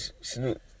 Snoop